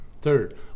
third